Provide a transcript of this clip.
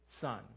son